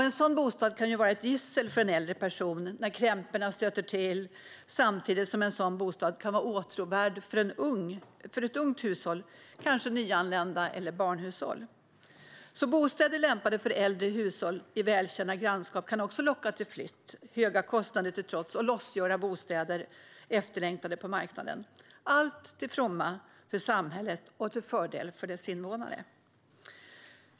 En sådan bostad kan vara ett gissel för en äldre person när krämporna stöter till, samtidigt som en sådan bostad kan vara åtråvärd för ett ungt hushåll, kanske nyanlända eller barnhushåll. Bostäder lämpade för äldre hushåll i välkända grannskap kan alltså, höga kostnader till trots, locka till flytt och lösgöra bostäder som är efterlängtade på marknaden, allt till fromma för samhället och till fördel för dess invånare.